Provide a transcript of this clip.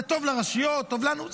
זה טוב לרשויות, טוב לנו.